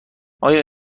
آیا